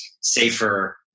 safer